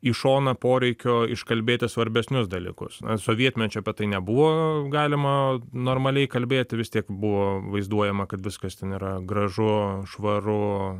į šoną poreikio iškalbėti svarbesnius dalykus sovietmečiu apie tai nebuvo galima normaliai kalbėti vis tiek buvo vaizduojama kad viskas ten yra gražu švaru